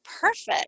Perfect